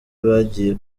bagiye